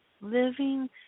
Living